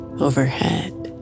overhead